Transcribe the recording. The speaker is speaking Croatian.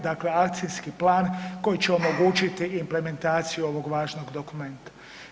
Dakle, akcijski plan koji će omogućiti implementaciju ovog važnog dokumenta.